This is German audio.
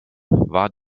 war